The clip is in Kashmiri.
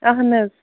اَہن حظ